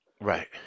right